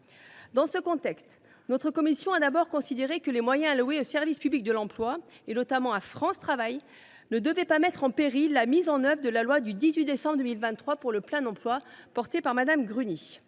Dans ce contexte, notre commission a d’abord considéré que les moyens alloués au service public de l’emploi, et notamment à France Travail, ne devaient pas mettre en péril la mise en œuvre de loi du 18 décembre 2023 pour le plein emploi, texte rapporté